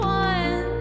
one